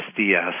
SDS